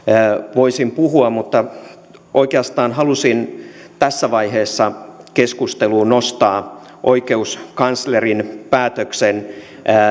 voisin puhua mutta oikeastaan halusin tässä vaiheessa keskusteluun nostaa oikeuskanslerin päätöksen